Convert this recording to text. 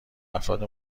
افراد